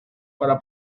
para